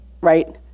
right